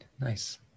Nice